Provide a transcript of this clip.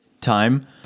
time